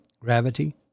gravity